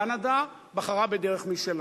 קנדה בחרה בדרך משלה.